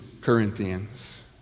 Corinthians